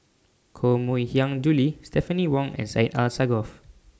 Koh Mui Hiang Julie Stephanie Wong and Syed Alsagoff